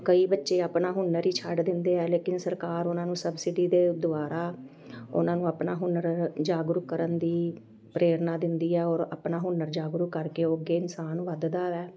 ਕਈ ਬੱਚੇ ਆਪਣਾ ਹੁਨਰ ਹੀ ਛੱਡ ਦਿੰਦੇ ਹੈ ਲੇਕਿਨ ਸਰਕਾਰ ਉਹਨਾਂ ਨੂੰ ਸਬਸਿਡੀ ਦੇ ਦੁਆਰਾ ਉਹਨਾਂ ਨੂੰ ਆਪਣਾ ਹੁਨਰ ਜਾਗਰੂਕ ਕਰਨ ਦੀ ਪ੍ਰੇਰਨਾ ਦਿੰਦੀ ਹੈ ਔਰ ਆਪਣਾ ਹੁਨਰ ਜਾਗਰੂਕ ਕਰਕੇ ਉਹ ਅੱਗੇ ਇਨਸਾਨ ਵੱਧਦਾ ਵੈ